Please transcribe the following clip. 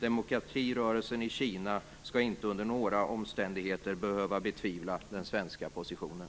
Demokratirörelsen i Kina skall inte under några omständigheter behöva betvivla den svenska positionen.